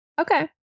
Okay